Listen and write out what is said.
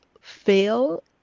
fail